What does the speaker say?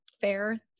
fair